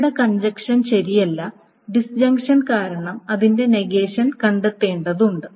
ഇവിടെ കഞ്ചക്ഷൻ ശരിയല്ല ഡിസ്ഞ്ചക്ഷൻ കാരണം അതിന്റെ നെഗേഷൻ കണ്ടെത്തേണ്ടതുണ്ട്